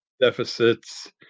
deficits